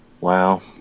Wow